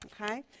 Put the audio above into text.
Okay